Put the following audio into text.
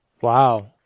Wow